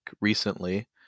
recently